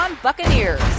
Buccaneers